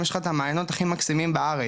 יש לך את המעיינות הכי מקסימים בארץ.